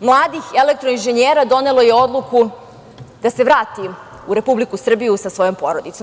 mladih elektroinženjera donelo je odluku da se vrati u Republiku Srbiju sa svojim porodicama.